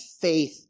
faith